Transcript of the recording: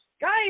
Guys